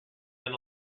then